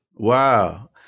Wow